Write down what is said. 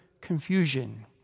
confusion